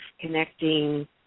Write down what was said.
connecting